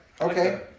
Okay